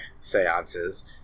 seances